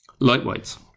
lightweights